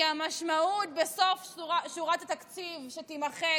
כי המשמעות בסוף שורת התקציב שתימחק